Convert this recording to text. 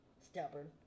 stubborn